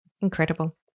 Incredible